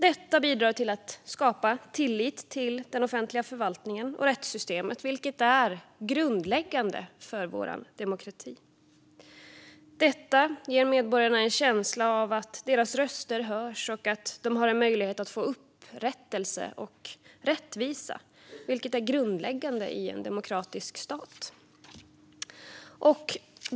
Detta bidrar till att skapa tillit till den offentliga förvaltningen och rättssystemet, vilket är grundläggande för vår demokrati. Det ger medborgarna en känsla av att deras röster hörs och att de har en möjlighet att få upprättelse och rättvisa, vilket är grundläggande i en demokratisk stat.